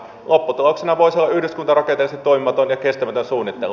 lopputuloksena voisi olla yhdyskuntarakenteellisesti toimimaton ja kestämätön suunnittelu